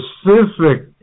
specific